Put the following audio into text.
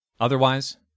Otherwise